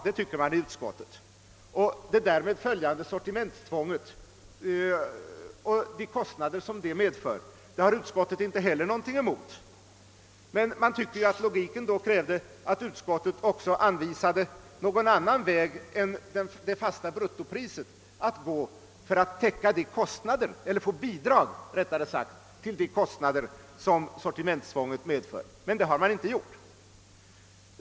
Utskottet har heller inte något emot det därmed följande sortimenttvånget och de kostnader detta medför. Men man tycker att logiken då också borde kräva att utskottet anvisat någon annan väg att gå än det fasta bruttopriset för att få bidrag till de kostnader som sortimenttvånget medför. Men detta har man inte gjort.